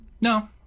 No